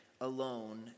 alone